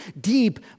deep